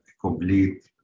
complete